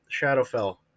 Shadowfell